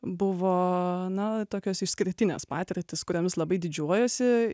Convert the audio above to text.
buvo na tokios išskirtinės patirtys kuriomis labai didžiuojuosi